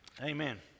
Amen